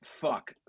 fuck